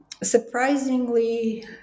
surprisingly